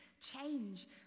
change